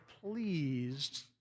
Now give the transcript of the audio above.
pleased